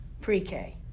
pre-K